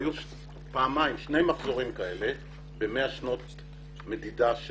היו שני מחזורים כאלה ב-100 שנות מדידה,